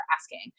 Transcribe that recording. asking